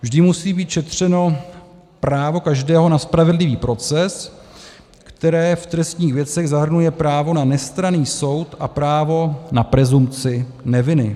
Vždy musí být šetřeno právo každého na spravedlivý proces, které v trestních věcech zahrnuje právo na nestranný soud a právo na presumpci neviny.